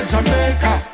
Jamaica